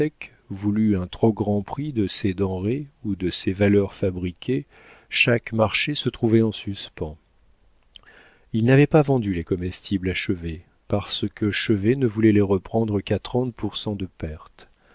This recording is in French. un trop grand prix de ses denrées ou de ses valeurs fabriquées chaque marché se trouvait en suspens il n'avait pas vendu les comestibles à chevet parce que chevet ne voulait les reprendre qu'à trente pour cent de perte